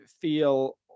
feel